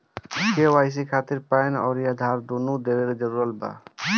KYC खातिर PAN आउर आधार दुनों देवल जरूरी बा?